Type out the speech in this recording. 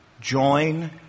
join